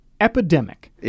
epidemic